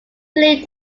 believed